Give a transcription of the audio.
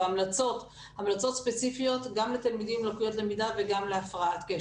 המלצות ספציפיות גם לתלמידים עם לקויות למידה וגם להפרעת קשב.